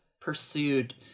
pursued